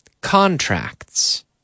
contracts